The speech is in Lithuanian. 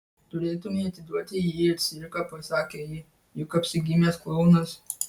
turėtumei atiduoti jį į cirką pasakė ji juk apsigimęs klounas